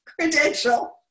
credential